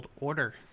Order